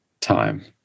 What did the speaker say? time